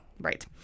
Right